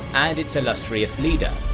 and its illustrious leader.